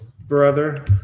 brother